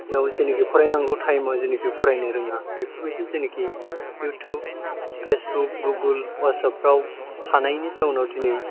याव जेनेखि फरायनांगौ टाइमाव जेनेखि फरायनो रोङा बेफोरबायदि जेनाखि इउथुब फेसबुक गुगोल हवाथसाब फ्राव थानायनि जाउनाव दिनै